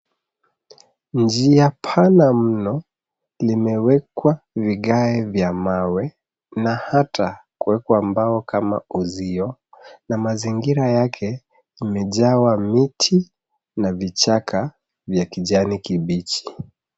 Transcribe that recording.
Njia pana mno limewekwa vigae vya mawe na hata kuwekwa mbao kama uzio na mazingira yake imejawa miti na vichaka vya kijani kibichi.